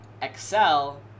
excel